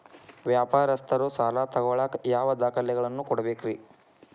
ವ್ಯಾಪಾರಸ್ಥರು ಸಾಲ ತಗೋಳಾಕ್ ಯಾವ ದಾಖಲೆಗಳನ್ನ ಕೊಡಬೇಕ್ರಿ?